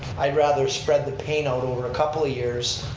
i'd rather spread the paint out over a couple of years,